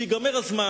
שייגמר הזמן,